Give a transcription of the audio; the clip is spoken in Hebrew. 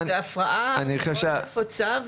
זו הפרעה נפוצה,